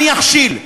אני אכשיל.